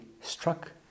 struck